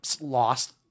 lost